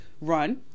run